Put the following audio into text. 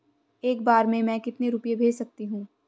एक बार में मैं कितने रुपये भेज सकती हूँ?